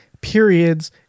periods